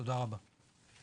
תודה רבה.